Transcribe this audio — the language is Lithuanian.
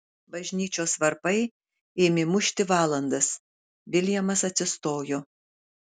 bažnyčios varpai ėmė mušti valandas viljamas atsistojo